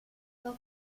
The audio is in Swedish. och